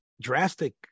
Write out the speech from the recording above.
drastic